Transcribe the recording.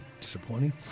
disappointing